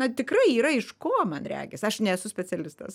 na tikrai yra iš ko man regis aš nesu specialistas